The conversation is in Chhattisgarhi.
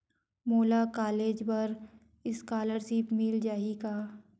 मोला कॉलेज बर स्कालर्शिप मिल जाही का?